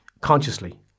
consciously